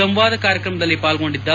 ಸಂವಾದ ಕಾರ್ಯಕ್ರಮದಲ್ಲಿ ಪಾಲ್ಗೊಂಡಿದ್ದ